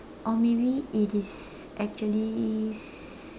or maybe it is actually